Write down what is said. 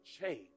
change